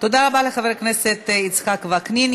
תודה רבה לחבר הכנסת יצחק וקנין.